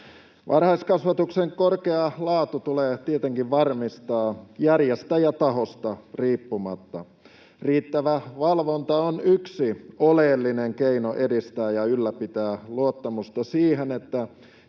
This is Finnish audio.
Varhaiskasvatuksen korkea laatu tulee tietenkin varmistaa järjestäjätahosta riippumatta. Riittävä valvonta on yksi oleellinen keino edistää ja ylläpitää luottamusta siihen, että